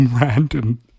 random